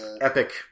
epic